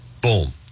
boom